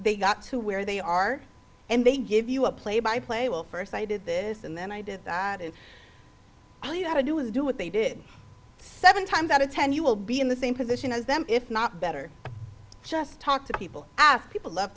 they got to where they are and they give you a play by play well first i did this and then i did that and all you got to do is do what they did seven times out of ten you will be in the same position as them if not better just talk to people after people love